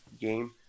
game